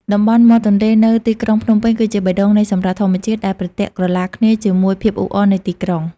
តំបន់មាត់ទន្លេនៅទីក្រុងភ្នំពេញគឺជាបេះដូងនៃសម្រស់ធម្មជាតិ ដែលប្រទាក់ក្រឡាគ្នាជាមួយភាពអ៊ូអរនៃទីក្រុង។